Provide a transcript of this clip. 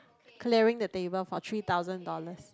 clearing the table for three thousand dollars